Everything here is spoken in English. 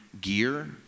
gear